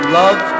love